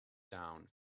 down